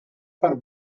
for